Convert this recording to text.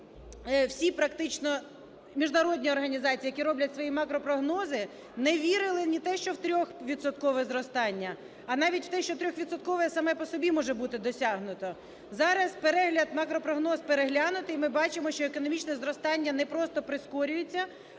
всі практично міжнародні організації, які роблять свої макропрогнози, не вірили ні в те що в 3-відсоткове зростання, а навіть в те, що 3-відсоткове саме по собі може бути досягнуто. Зараз – перегляд, макропрогноз переглянуто. Ми бачимо, що економічне зростання не просто прискорюється,